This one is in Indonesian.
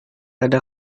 ada